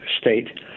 State